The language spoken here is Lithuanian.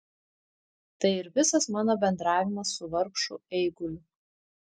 tai ir visas mano bendravimas su vargšu eiguliu